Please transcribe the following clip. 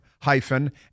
hyphen